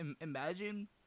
imagine